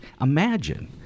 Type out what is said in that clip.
Imagine